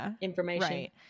information